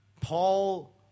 Paul